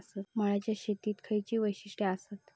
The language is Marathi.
मळ्याच्या शेतीची खयची वैशिष्ठ आसत?